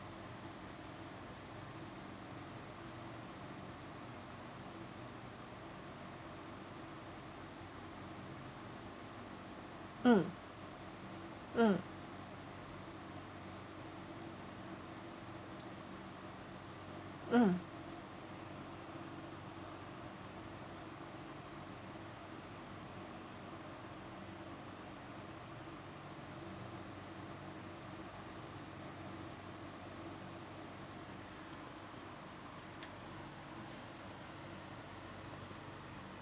mm mm mm